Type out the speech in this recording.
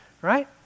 right